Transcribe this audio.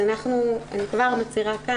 אני כבר מצהירה כאן,